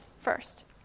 first